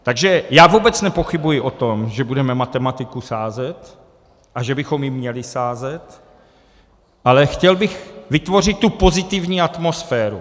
Takže já vůbec nepochybuji o tom, že budeme matematiku sázet a že bychom ji měli sázet, ale chtěl bych vytvořit tu pozitivní atmosféru.